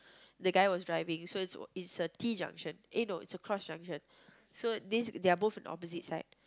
the guy was driving so it's it's a T-junction eh no it's a cross junction so this they are both on opposite side